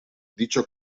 dicho